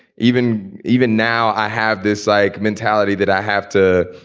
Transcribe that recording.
even even now i have this like mentality that i have to,